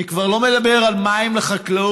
אני כבר לא מדבר על מים לחקלאות,